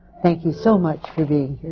thank you so much for being